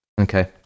Okay